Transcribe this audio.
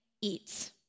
eats